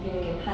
mm